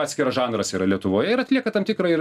atskiras žanras yra lietuvoje ir atlieka tam tikrą ir